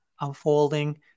unfolding